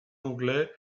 anglais